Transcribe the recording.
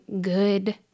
good